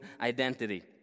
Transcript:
identity